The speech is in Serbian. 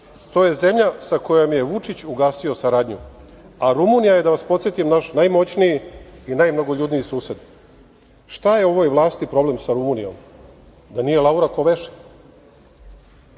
To je zemlja sa kojom je Vučić ugasio saradnju. A Rumunija je, da vas podsetim, naš najmoćniji i najmnogoljudniji sused. Šta je ovoj vlasti problem sa Rumunijom? Da nije Laura Koveši? Još